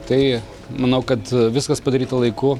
tai manau kad viskas padaryta laiku